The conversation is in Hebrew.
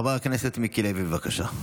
חבר הכנסת מיקי לוי, בבקשה.